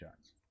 shots